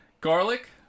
Garlic